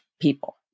people